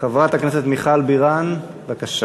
חברת הכנסת מיכל בירן, בבקשה.